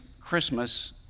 Christmas